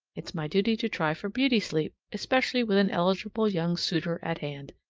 it's my duty to try for beauty sleep, especially with an eligible young suitor at hand.